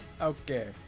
Okay